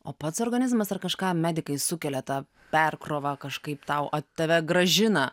o pats organizmas ar kažką medikai sukelia tą perkrovą kažkaip tau a tave grąžina